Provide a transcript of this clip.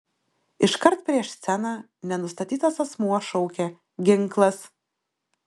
iškart prieš sceną nenustatytas asmuo šaukė ginklas